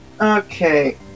okay